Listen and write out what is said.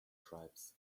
tribes